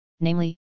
namely